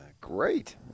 Great